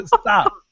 stop